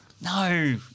No